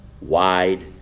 wide